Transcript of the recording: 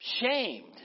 shamed